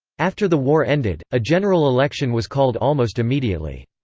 after the war ended, a general election was called almost immediately.